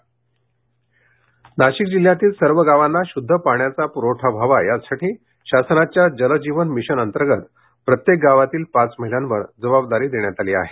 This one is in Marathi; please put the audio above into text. नाशिक नाशिक जिल्ह्यातील सर्व गावांना शुद्ध पाण्याचा पुरवठा व्हावा यासाठी शासनाच्या जल जीवन मिशन अंतर्गत प्रत्येक गावातील पाच महिलांवर जबाबदारी देण्यात आली आहे